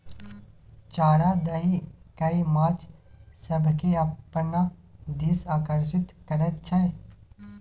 चारा दए कय माछ सभकेँ अपना दिस आकर्षित करैत छै